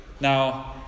Now